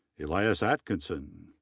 elias atkinson,